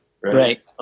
right